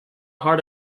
heart